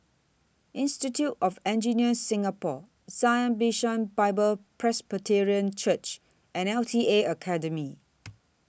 Institute of Engineers Singapore Zion Bishan Bible Presbyterian Church and L T A Academy